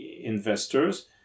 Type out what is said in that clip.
investors